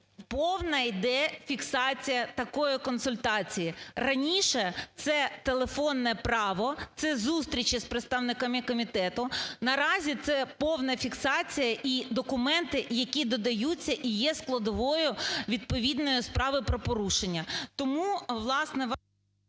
повна іде фіксація такої консультації. Раніше це телефонне право, це зустрічі з представниками комітету. Наразі це повна фіксація. І документи, які додаються, і є складовою відповідної справи про порушення.